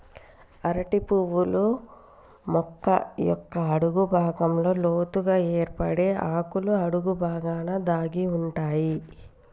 అరటి పువ్వులు మొక్క యొక్క అడుగు భాగంలో లోతుగ ఏర్పడి ఆకుల అడుగు బాగాన దాగి ఉంటాయి